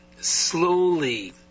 slowly